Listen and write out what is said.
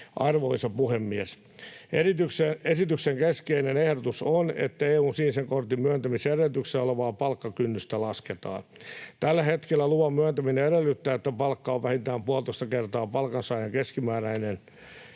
Arvoisa puhemies! Esityksen keskeinen ehdotus on, että EU:n sinisen kortin myöntämisen edellytyksenä olevaa palkkakynnystä lasketaan. Tällä hetkellä luvan myöntäminen edellyttää, että palkka on vähintään puolitoista kertaa palkansaajien keskimääräinen